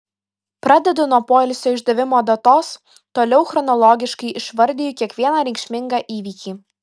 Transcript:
pradedu nuo poliso išdavimo datos toliau chronologiškai išvardiju kiekvieną reikšmingą įvykį